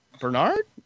Bernard